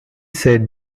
said